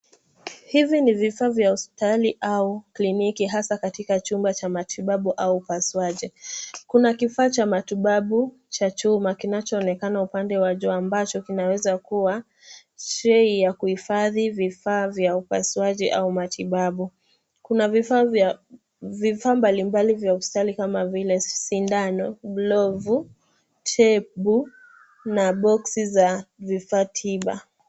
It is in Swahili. Hizi ni vifaa vya hospitali au kliniki hasa katika chumba cha matibabu au upasuaji. Kuna kifaa cha matibabu cha chuma kinachoonekana upande wa juu ambacho kinaweza kuwa shei ya kuhifadhi vifaa vya upasuaji au matibabu. Kuna vifaa mbalimbali vya hospitali kama vile sindano, glovu, tape na box za vifaa tiba.